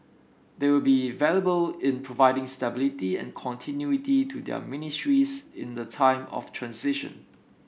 they will be valuable in providing stability and continuity to their ministries in the time of transition